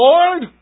Lord